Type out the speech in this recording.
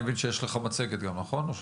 אני מבין שיש לך מצגת, נכון?